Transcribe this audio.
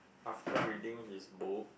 after reading his book